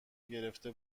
گرفته